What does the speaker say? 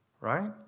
Right